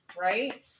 Right